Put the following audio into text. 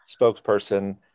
spokesperson